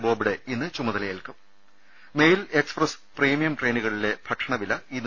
ബോബ്ഡെ ഇന്ന് ചുമതലയേൽക്കും mail express premium ട്രെയിനുകളിലെ ഭക്ഷണവില ഇന്നു